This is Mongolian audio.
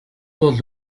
бол